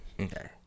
Okay